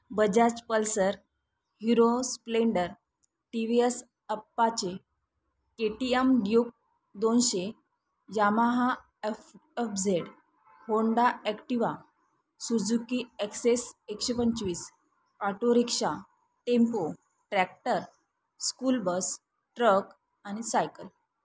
Bajaj Pulsar Hero Splendor T V S Apache K T M Duke दोनशे Yamaha F F Z Honda Activa Suzuki Access एकशे पंचवीस autorickshaw tempo tractor school bus truck आणि cycle